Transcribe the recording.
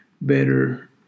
better